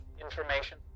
information